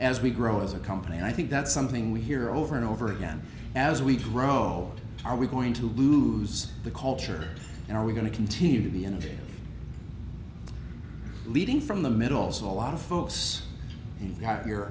as we grow as a company and i think that's something we hear over and over again as we grow are we going to lose the culture and are we going to continue to be in a leading from the middle so a lot of folks you've got your